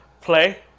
play